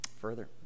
further